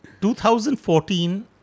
2014